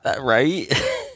Right